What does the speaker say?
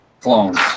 Clones